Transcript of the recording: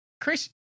Chris